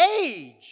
age